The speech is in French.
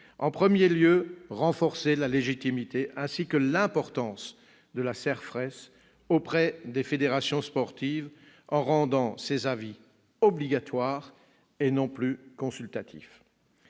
en premier lieu, de renforcer la légitimité ainsi que l'importance de la CERFRES auprès des fédérations sportives, en rendant ses avis obligatoires et non plus consultatifs.